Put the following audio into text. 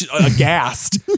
aghast